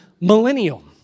millennial